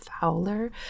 Fowler